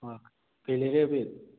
ꯀꯩ ꯂꯩꯔꯦ ꯑꯕꯤꯔ